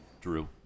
Drew